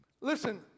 Listen